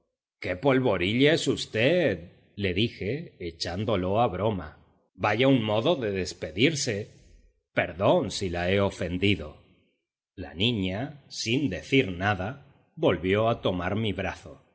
qué polvorilla es v le dije echándolo a broma vaya un modo de despedirse perdón si la he ofendido la niña sin decir nada volvió a tomar mi brazo